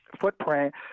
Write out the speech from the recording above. footprint